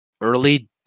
Early